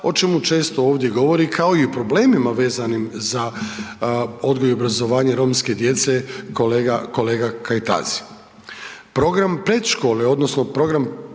o čemu često ovdje govori, kao i o problemima vezanim za odgoj i obrazovanje romske djece, kolega Kajtazi. Program predškole odnosno program pripreme